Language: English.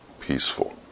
peaceful